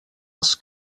els